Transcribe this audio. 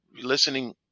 listening